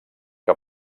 que